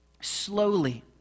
slowly